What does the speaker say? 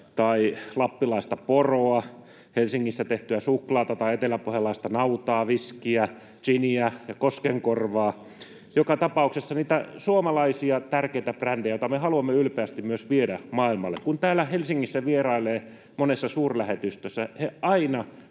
[Kimmo Kiljunen: Hyvä!] Helsingissä tehtyä suklaata tai eteläpohjalaista nautaa, viskiä, giniä ja Koskenkorvaa, [Kimmo Kiljunen: Niin, tietysti!] joka tapauksessa niitä suomalaisia tärkeitä brändejä, joita me haluamme ylpeästi myös viedä maailmalle. Kun täällä Helsingissä vierailee monessa suurlähetystössä, he aina